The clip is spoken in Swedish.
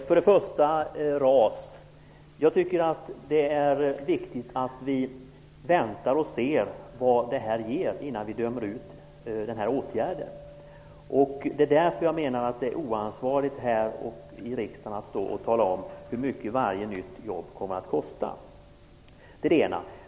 Herr talman! Jag tycker att det är viktigt att vi väntar och ser vad RAS ger innan vi dömer ut den åtgärden. Därför menar jag att det är oansvarigt att stå här i riksdagen och tala om hur mycket varje nytt jobb kommer att kosta.